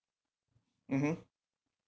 mmhmm